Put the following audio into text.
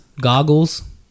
goggles